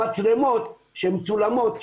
המצלמות שמצולמות,